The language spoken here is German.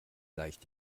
leicht